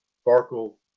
sparkle